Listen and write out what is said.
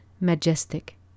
majestic